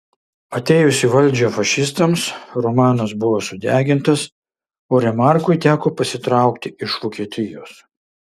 atėjus į valdžią fašistams romanas buvo sudegintas o remarkui teko pasitraukti iš vokietijos